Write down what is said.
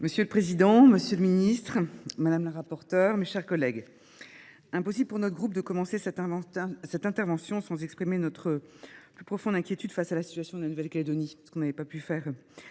Monsieur le président, monsieur le ministre, madame la rapporteure, mes chers collègues, il est impossible pour notre groupe de commencer cette intervention sans exprimer notre plus profonde inquiétude face à la situation de la Nouvelle Calédonie, ce que nous n’avons pas pu faire